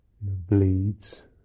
bleeds